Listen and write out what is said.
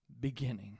beginning